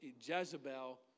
Jezebel